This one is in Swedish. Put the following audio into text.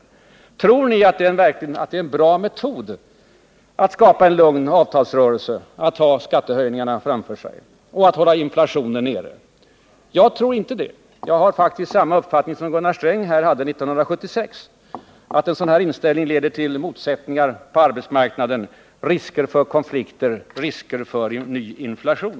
Att ha skattehöjningar framför sig — tror ni att det är en bra metod att skapa en lugn avtalsrörelse och hålla inflationen nere? Jag tror inte det. Jag har faktiskt samma uppfattning som Gunnar Sträng hade 1976: En sådan här inställning leder till motsättningar på arbetsmarknaden, risker för konflikter, risker för ny inflation.